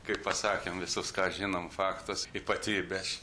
kai pasakėme visus ką žinom faktus ypatybes